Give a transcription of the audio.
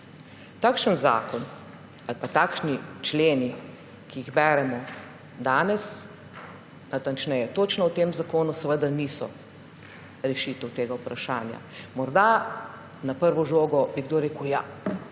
Takšen zakon ali takšni členi, kot jih beremo danes, natančneje točno v tem zakonu, seveda niso rešitev tega vprašanja. Morda bi na prvo žogo kdo rekel, ja,